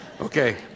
Okay